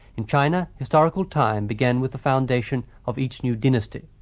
in china, historical time began with the foundation of each new dynasty,